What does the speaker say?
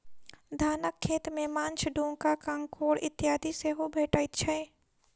धानक खेत मे माँछ, डोका, काँकोड़ इत्यादि सेहो भेटैत छै